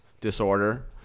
disorder